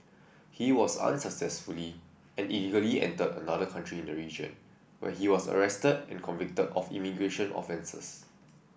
he was unsuccessfully and illegally entered another country in the region where he was arrested and convicted of immigration offences